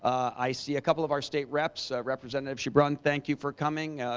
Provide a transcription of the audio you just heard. i see a couple of our state reps. representative ziobron, thank you for coming.